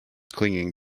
clinging